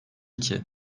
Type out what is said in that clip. iki